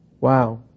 wow